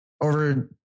over